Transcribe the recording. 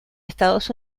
estados